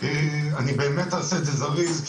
אני באמת אעשה את זה זריז,